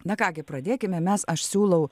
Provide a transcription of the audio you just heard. na ką gi pradėkime mes aš siūlau